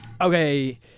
Okay